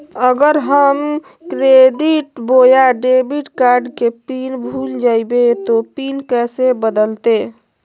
अगर हम क्रेडिट बोया डेबिट कॉर्ड के पिन भूल जइबे तो पिन कैसे बदलते?